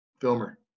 filmer